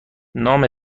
نام